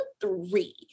three